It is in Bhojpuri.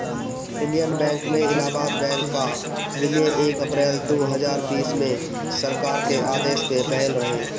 इंडियन बैंक में इलाहाबाद बैंक कअ विलय एक अप्रैल दू हजार बीस में सरकार के आदेश पअ भयल रहे